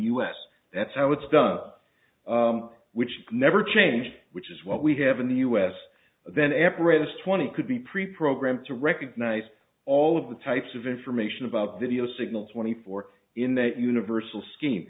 us that's how it's done which never changed which is what we have in the us then apparatus twenty could be preprogramed to recognize all of the types of information about video signal twenty four in that universal scheme